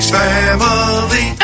family